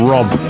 Rob